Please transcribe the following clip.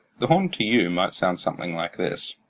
the horn to you might sound something like this.